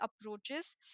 approaches